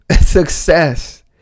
success